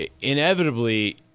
inevitably